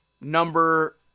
number